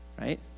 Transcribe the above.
Right